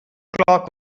clock